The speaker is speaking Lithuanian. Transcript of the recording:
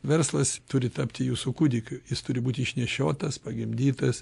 verslas turi tapti jūsų kūdikiu jis turi būti išnešiotas pagimdytas